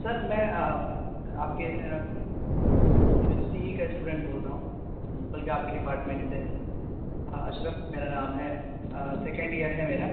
سر میں آپ کے یونیورسٹی ہی کا اسٹوڈینٹ بول رہا ہوں بلکہ آپ کے ڈپارٹمنٹ سے اشرف میرا نام ہے سیکنڈ ایئر ہے میرا